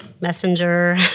Messenger